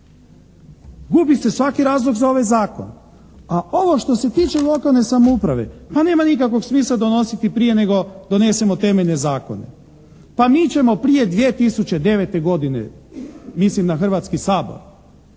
Gubi se svaki razlog za ovaj zakon. A ovo što se tiče lokalne samouprave, pa nema nikakvog smisla donositi prije nego donesemo temeljne zakone. Pa mi ćemo prije 2009. godine, mislim na Hrvatski sabor,